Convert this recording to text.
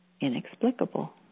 inexplicable